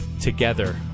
together